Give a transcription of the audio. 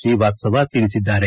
ಶ್ರೀವಾತ್ಸವ ತಿಳಿಸಿದ್ದಾರೆ